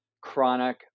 chronic